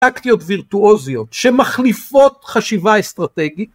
טקטיות וירטואוזיות שמחליפות חשיבה אסטרטגית